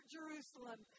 Jerusalem